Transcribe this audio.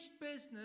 business